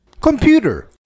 Computer